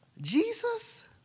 Jesus